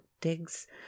digs